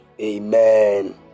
Amen